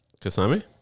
Kasami